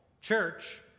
church